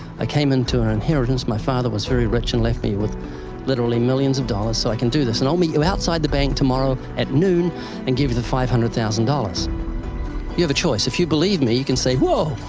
i came into an inheritance. my father was very rich and left me with literally millions of dollars, so i can do this. and i'll meet you outside the bank tomorrow at noon and give you the five hundred thousand. you have a choice. if you believe me, you can say, whoa,